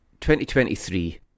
2023